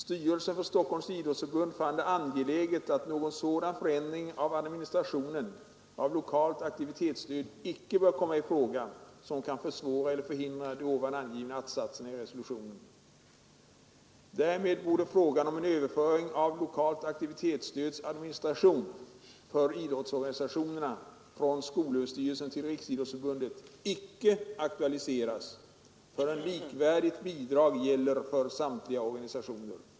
Styrelsen för Stockholms Idrottsförbund fann det angeläget att någon sådan förändring av administrationen av Lokalt Aktivitetsstöd icke bör komma ifråga som kan försvåra eller förhindra de ovan angivna att-satserna i resolutionen av den 2 mars. Därmed borde frågan om en överföring av Lokalt Aktivitetsstöds administration — för idrottsorganisationerna — från Skolöverstyrelsen till Riksidrottsförbundet icke aktualiseras förrän likvärdigt bidrag gäller för samtliga organisationer.